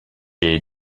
est